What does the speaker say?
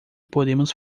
podemos